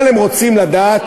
אבל הם רוצים לדעת